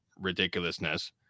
ridiculousness